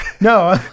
No